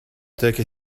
take